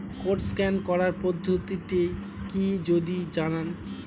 Code scan করার পদ্ধতিটি কি যদি জানান?